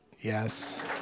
Yes